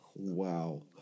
Wow